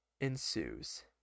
ensues